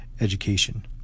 education